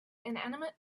inanimate